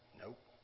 nope